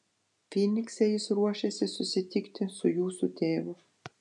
fynikse jis ruošėsi susitikti su jūsų tėvu